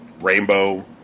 Rainbow